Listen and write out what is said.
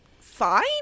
fine